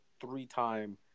three-time